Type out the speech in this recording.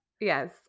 Yes